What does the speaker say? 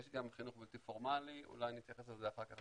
יש גם חינוך בלתי פורמלי, אולי ניכנס לזה אחר כך.